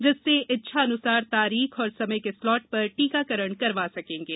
जिससे इच्छानुसार तारीख और समय के स्लॉट पर टीकाकरण करवा सकेंगे